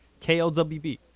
KLWB